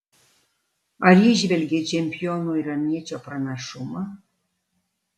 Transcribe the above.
ar įžvelgei čempiono iraniečio pranašumą